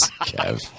Kev